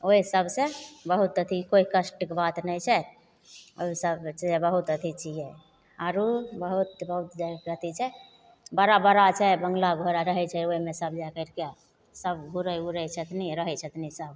ओइ सबसँ बहुत अथी कोइ कष्टके बात नहि छै ओइ सबसँ बहुत अथी छियै आरो बहुत बहुत अथी छै बड़ा बड़ा छै बङ्गला घर रहय छै ओइमे सब जा करिके सब घुरय उरय छथिन रहय छथिन सब